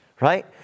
right